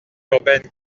urbaine